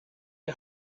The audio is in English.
you